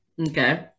Okay